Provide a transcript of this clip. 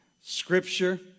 Scripture